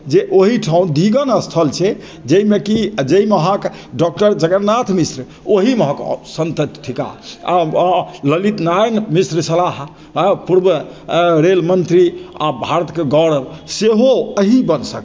जे ओही ठाम घीघन स्थल छै जाहिमे कि जाहि महक डॉक्टर जगन्नाथ मिश्र ओही महक सन्तति थिकाह आ ललित नारायण मिश्र छलाह पूर्व रेल मन्त्री आ भारतके गौरव सेहो एही वंशक